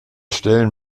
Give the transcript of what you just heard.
stellen